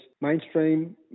mainstream